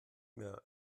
mehr